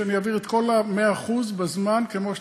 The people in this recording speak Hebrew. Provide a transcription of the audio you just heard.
שאני אעביר את כל ה-100% בזמן כמו שצריך,